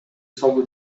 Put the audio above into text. салуу